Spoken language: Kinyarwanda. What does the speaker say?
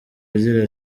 agira